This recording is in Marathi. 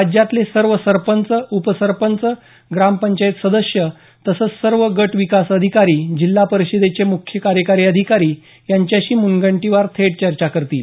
राज्यातले सर्व सरपंच उपसरपंच ग्रामपंचायत सदस्य तसंच सर्व गट विकास अधिकारी जिल्हा परिषदेचे मुख्य कार्यकारी अधिकारी यांच्याशी मुनगंटीवार थेट चर्चा करतील